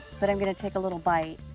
but i'm gonna take a little bite.